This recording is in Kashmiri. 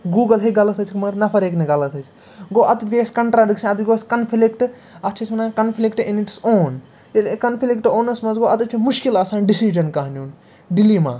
گوٗگٕل ہٮ۪کہِ غلط ٲسِتھ مگر نفر ہٮ۪کہِ نہٕ غلط ٲسِتھ گوٚو اَتیتھ گٕے اَسہِ کَنٛٹراڈِکشَن اَتِتھ گوٚو اَسہِ کَنٛفِلکٹ اَتھ چھِ أسۍ وَنان کَنٛفِلکٹ اِن اِٹٕس اوٚن ییٚلہِ کَنٛفِلکٹ اوٚنَس منٛز گوٚو اَتِتھ چھِ مُشکِل آسان ڈِسیٖجَن کانٛہہ نیُن ڈِلیٖما